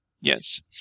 Yes